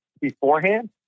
beforehand